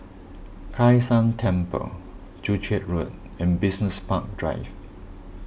Kai San Temple Joo Chiat Road and Business Park Drive